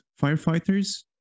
firefighters